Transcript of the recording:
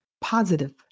positive